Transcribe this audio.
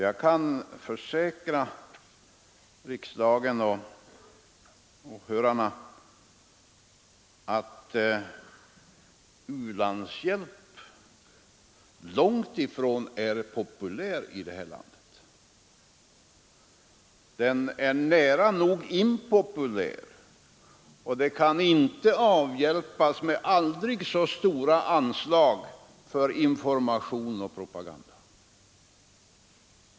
Jag kan försäkra riksdagen och åhörarna att u-landshjälp långtifrån är populär i det här landet. Den är nära nog impopulär, och det kan inte avhjälpas med aldrig så stora anslag för information och propaganda.